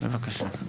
בבקשה.